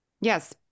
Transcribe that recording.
yes